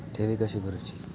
ठेवी कशी भरूची?